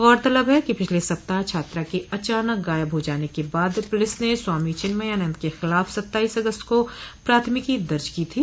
गौरतलब है कि पिछले सप्ताह छात्रा के अचानक गायब हो जाने के बाद पुलिस ने स्वामी चिन्मयानन्द के खिलाफ सत्ताईस अगस्त को प्राथमिकी दर्ज की थी